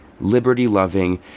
liberty-loving